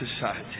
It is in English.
society